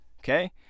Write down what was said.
okay